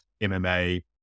mma